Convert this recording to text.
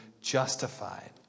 justified